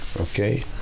okay